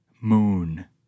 Moon